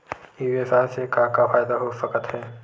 ई व्यवसाय से का का फ़ायदा हो सकत हे?